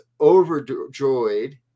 overjoyed